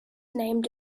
named